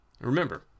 Remember